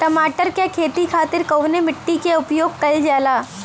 टमाटर क खेती खातिर कवने मिट्टी के उपयोग कइलजाला?